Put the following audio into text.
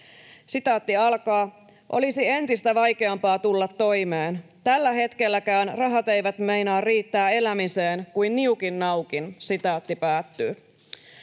suuri summa.” ”Olisi entistä vaikeampaa tulla toimeen. Tällä hetkelläkään rahat eivät meinaa riittää elämiseen kuin niukin naukin.” ”Elän nyt